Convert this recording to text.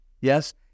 Yes